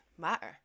matter